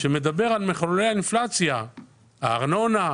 שמדבר על מכלולי האינפלציה; הארנונה,